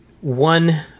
one